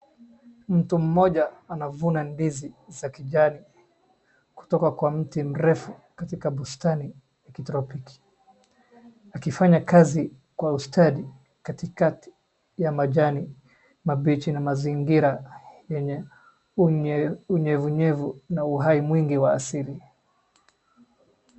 Mtu mmoja anavuna ndizi za kijani kutoka kwa mti mrefu katika bustani ya kitropiki , akifanya kazi kwa ustadi katikati ya majani mabichi na mazingira yenye unye, unyevunyevu na uhai mwingi wa asili.